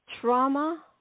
trauma